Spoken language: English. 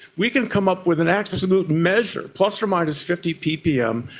we can come up with an absolute measure, plus or minus fifty ppm,